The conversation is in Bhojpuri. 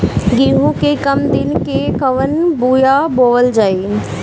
गेहूं के कम दिन के कवन बीआ बोअल जाई?